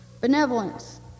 Benevolence